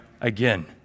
again